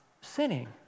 sinning